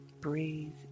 Breathe